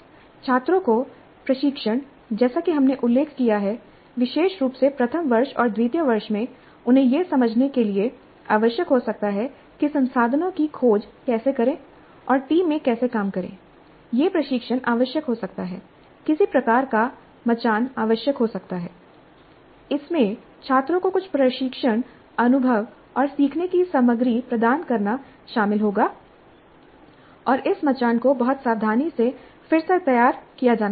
छात्रों को प्रशिक्षण जैसा कि हमने उल्लेख किया है विशेष रूप से प्रथम वर्ष और द्वितीय वर्ष में उन्हें यह समझने के लिए आवश्यक हो सकता है कि संसाधनों की खोज कैसे करें और टीम में कैसे काम करें यह प्रशिक्षण आवश्यक हो सकता है किसी प्रकार का मचान आवश्यक हो सकता हैI इसमें छात्रों को कुछ परीक्षण अनुभव और सीखने की सामग्री प्रदान करना शामिल होगा और इस मचान को बहुत सावधानी से फिर से तैयार किया जाना चाहिए